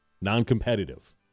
Non-competitive